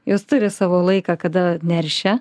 jos turi savo laiką kada neršia